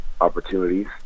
opportunities